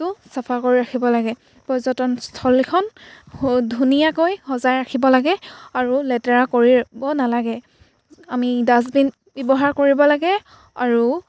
টো চাফা কৰি ৰাখিব লাগে পৰ্যটনস্থলীখন ধুনীয়াকৈ সজাই ৰাখিব লাগে আৰু লেতেৰা কৰিব নালাগে আমি ডাষ্টবিন ব্যৱহাৰ কৰিব লাগে আৰু